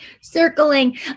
circling